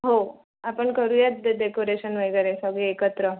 हो आपण करू या दे देकोरेशन वगैरे सगळी एकत्र